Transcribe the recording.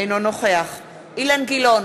אינו נוכח אילן גילאון,